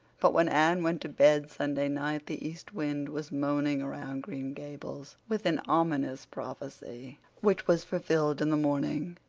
but when anne went to bed sunday night the east wind was moaning around green gables with an ominous prophecy which was fulfilled in the morning.